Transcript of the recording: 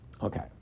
okay